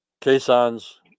caissons